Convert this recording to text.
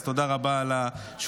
אז תודה רבה על השותפות,